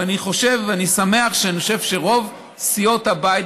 אני שמח שרוב סיעות הבית,